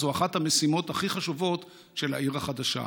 זו אחת המשימות הכי חשובות של העיר החדשה.